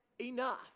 enough